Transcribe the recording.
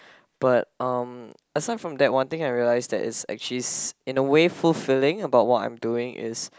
but um aside from that one thing I realize that it's actually in a way fulfilling about what I'm doing is